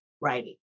writing